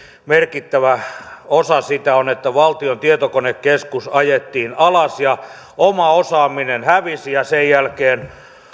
merkittävä osa sitä on että valtion tietokonekeskus ajettiin alas ja oma osaaminen hävisi ja sen jälkeen